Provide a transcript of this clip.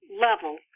level